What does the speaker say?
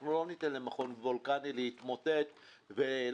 אנחנו לא ניתן למכון וולקני להתמוטט ולהפסיק